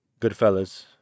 Goodfellas